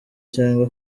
cyangwa